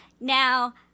Now